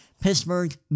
Pittsburgh